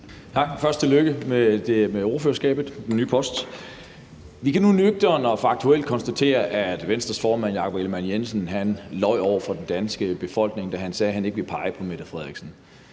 Først tillykke med ordførerskabet, den nye post. Vi kan nu nøgternt og faktuelt konstatere, at Venstres formand, Jakob Ellemann-Jensen, løj over for den danske befolkning, da han sagde, at han ikke ville pege på Mette Frederiksen.